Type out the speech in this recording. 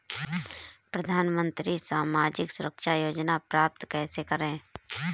प्रधानमंत्री सामाजिक सुरक्षा योजना प्राप्त कैसे करें?